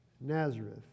Nazareth